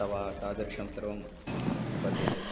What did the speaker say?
तवा तादृशं सर्वं लभते एव